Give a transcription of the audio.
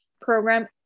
program